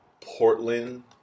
Portland